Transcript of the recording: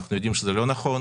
אנחנו יודעים שזה לא נכון.